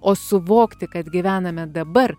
o suvokti kad gyvename dabar